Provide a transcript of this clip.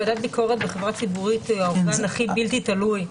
ועדת ביקורת בחברה ציבורית האורגן הכי בלתי תלוי.